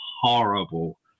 horrible